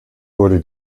wurde